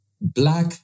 black